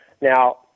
Now